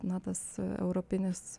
na tas europinis